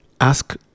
ask